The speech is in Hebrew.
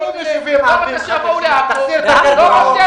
מה לגבי מועצה אזורית